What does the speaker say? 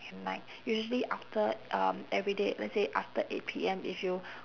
you might usually after um everyday let's say after eight P M if you